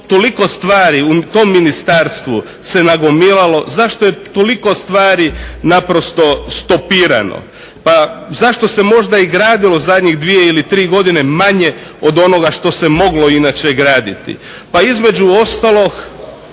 toliko stvari u tom ministarstvu se nagomilalo, zašto je toliko stvari naprosto stopirano, pa zašto se možda i gradilo zadnjih dvije ili tri godine manje od onoga što se moglo inače graditi. Pa između ostalog